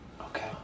Okay